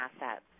assets